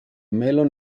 melon